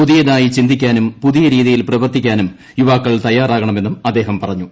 പുതിയതായി ചിന്തിക്കാനും പുതിയ രീതിയിൽ പ്രവർത്തിക്കാനും യൂവാക്കൾ തയ്യാറാകണമെന്നും അദ്ദേഹം പറഞ്ഞു